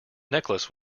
necklace